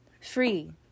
free